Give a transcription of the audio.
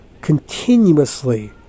continuously